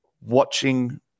watching